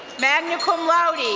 magna cum laude,